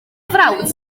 frawd